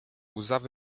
łzawy